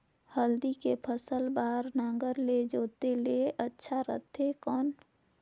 हल्दी के फसल बार नागर ले जोते ले अच्छा रथे कौन?